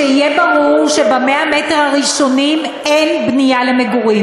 שיהיה ברור שב-100 המטר הראשונים אין בנייה למגורים.